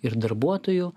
ir darbuotojų